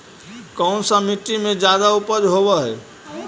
कोन सा मिट्टी मे ज्यादा उपज होबहय?